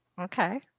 Okay